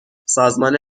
سازمان